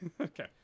Okay